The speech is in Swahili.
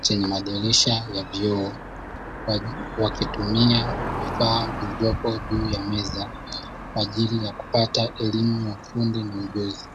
chenye madirisha ya vioo; wakitumia vifaa vilivyopo juu ya meza kwa ajili ya kupata elimu ya ufundi na ujuzi.